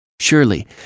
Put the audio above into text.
Surely